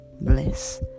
bliss